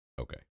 Okay